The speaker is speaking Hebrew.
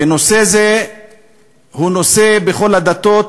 ונושא זה הוא נושא, בכל הדתות,